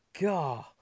God